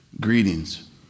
Greetings